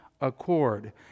accord